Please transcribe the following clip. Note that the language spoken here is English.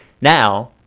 Now